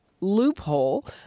loophole